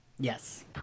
yes